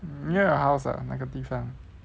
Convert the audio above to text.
near your house 那个地方